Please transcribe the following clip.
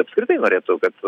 apskritai norėtų kad